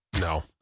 No